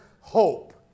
hope